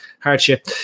hardship